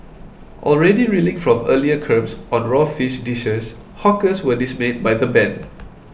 already reeling from earlier curbs on raw fish dishes hawkers were dismayed by the ban